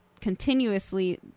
continuously